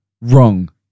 wrong